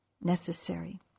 necessary